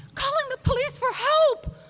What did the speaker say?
calling the police for help,